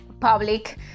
public